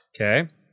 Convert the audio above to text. Okay